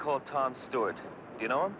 called tom stuart you know